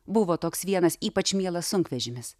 buvo toks vienas ypač mielas sunkvežimis